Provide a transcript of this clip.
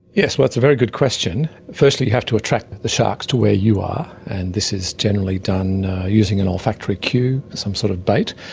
yes, well, that's a very good question. firstly you have to attract the sharks to where you are and this is generally done using an olfactory cue, some sort of bait.